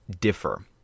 differ